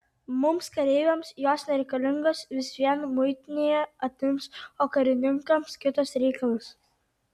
mums kareiviams jos nereikalingos vis vien muitinėje atims o karininkams kitas reikalas